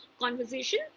conversation